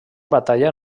batalla